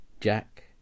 Jack